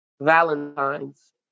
Valentine's